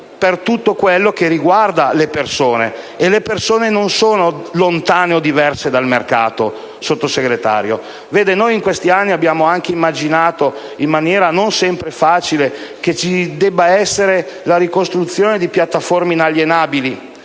per tutto quello che riguarda le persone. E le persone non sono lontane o diverse dal mercato, signora Vice Ministro. In questi anni abbiamo anche immaginato, in maniera non sempre facile, che occorresse procedere ad una ricostruzione di piattaforme inalienabili,